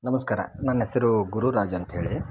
ನಮಸ್ಕಾರ ನನ್ನ ಹೆಸ್ರು ಗುರುರಾಜ್ ಅಂತ್ಹೇಳಿ